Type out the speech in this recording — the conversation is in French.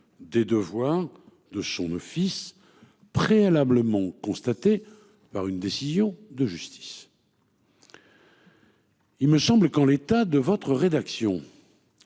des devoirs de son office préalablement constaté par une décision de justice. Il me semble qu'en l'état de votre rédaction.